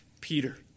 Peter